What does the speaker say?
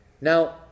Now